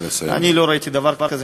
אני לא ראיתי דבר כזה.